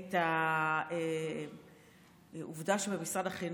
את העובדה שבמשרד החינוך,